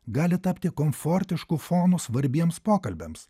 gali tapti komfortišku fonu svarbiems pokalbiams